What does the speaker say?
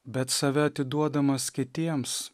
bet save atiduodamas kitiems